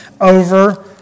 over